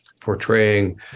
portraying